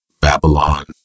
Babylon